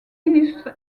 illustres